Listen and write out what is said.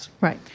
Right